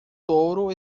touro